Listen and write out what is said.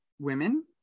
women